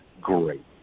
Great